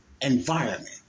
environment